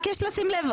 יש לשים לב,